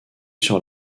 sur